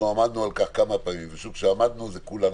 עמדנו על כך כמה פעמים כולנו ביחד,